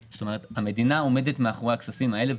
המדינה עומדת מאחורי הכספים האלה.